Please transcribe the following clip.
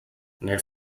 nel